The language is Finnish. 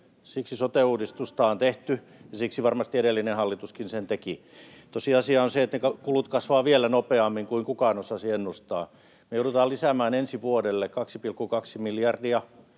siksi sote-uudistusta on tehty, ja siksi varmasti edellinen hallitus sen teki. Tosiasia on se, että kulut kasvavat vielä nopeammin kuin kukaan osasi ennustaa. Me joudutaan lisäämään ensi vuodelle 2,2 miljardia,